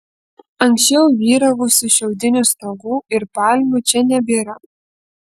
anksčiau vyravusių šiaudinių stogų ir palmių čia nebėra